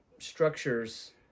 Structures